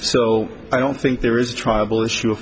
so i don't think there is a tribal issue